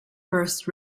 first